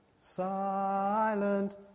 silent